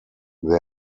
there